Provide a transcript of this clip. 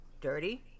dirty